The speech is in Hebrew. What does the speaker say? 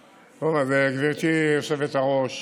היושבת-ראש,